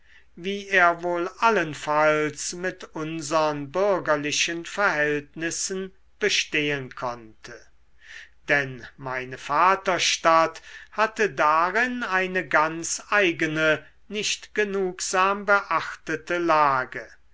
wie er wohl allenfalls mit unsern bürgerlichen verhältnissen bestehen konnte denn meine vaterstadt hatte darin eine ganz eigene nicht genugsam beachtete lage